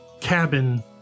cabin